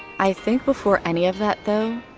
i think before any of that though,